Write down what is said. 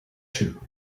two